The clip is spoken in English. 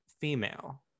female